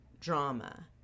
drama